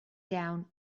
down